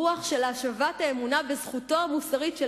רוח של השבת האמונה בזכותו המוסרית של